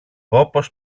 όπως